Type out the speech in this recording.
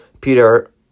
Peter